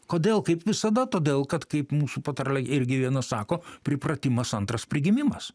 kodėl kaip visada todėl kad kaip mūsų patarlė irgi viena sako pripratimas antras prigimimas